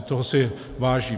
Toho si vážím.